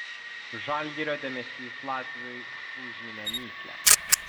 žalgirio dėmesys latviui užminė mįslę